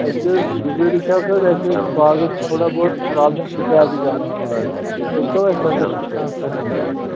اسہِ ٲس گُزٲرِش اَکھ حظ اسہِ ٲس باغَس تھورا بہت حظ پرابلِم سِکیب ہِش آمٕژ تھوڑا تُہۍ کٔرۍ تو اَسہِ سَجٮ۪سٹ کانٛہہ پیسٹہٕ سایِڈٕس حَظ